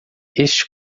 este